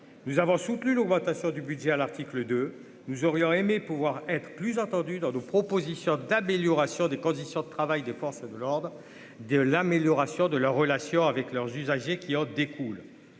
nous avons soutenu l'augmentation du budget à l'article de nous aurions aimé pouvoir être plus entendu dans nos propositions d'amélioration des conditions de travail des forces de l'ordre de l'amélioration de leurs relations avec leurs usagers qui en découlent,